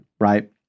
right